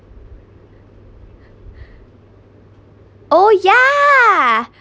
oh yeah